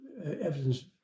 evidence